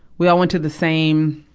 we all went to the same,